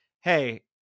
Hey